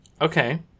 Okay